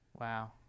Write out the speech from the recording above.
wow